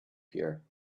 here